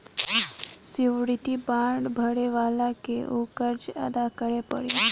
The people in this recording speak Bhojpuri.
श्योरिटी बांड भरे वाला के ऊ कर्ज अदा करे पड़ी